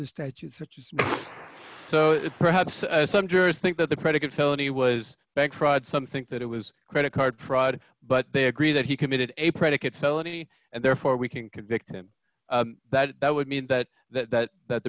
the statute which is so perhaps some jurors think that the predicate felony was bank fraud some think that it was credit card fraud but they agree that he committed a predicate felony and therefore we can convict him that that would mean that that that th